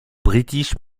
british